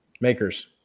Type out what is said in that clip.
Makers